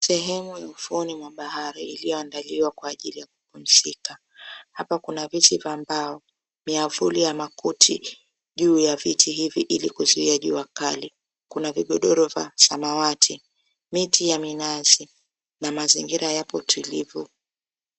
Sehemu ya ufuoni 𝑚𝑤𝑎 bahari iliyoandaliwa kwa ajili ya kupumzika. Hapa kuna viti vya mbao, myavuli ya makuti juu ya viti hivi ili kuzuia jua kali. Kuna vigodoro vya samawati, miti ya minazi na mazingira yapo tulivu.